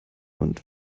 und